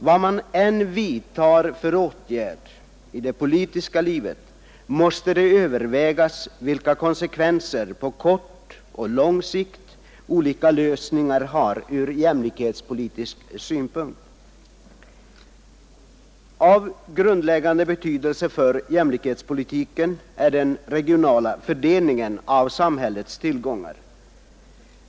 Vilka åtgärder man än vidtar i det politiska livet måste det övervägas vilka konsekvenser på kort och lång sikt som olika lösningar har från jämlikhetssynpunkt. Av grundläggande betydelse för jämlikhetspolitiken är den regionala fördelningen av samhällets tillgångar.